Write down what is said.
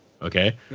Okay